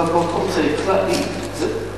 זאת אומרת,